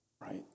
right